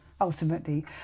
ultimately